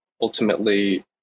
ultimately